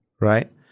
right